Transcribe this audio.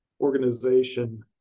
organization